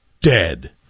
dead